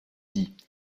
dit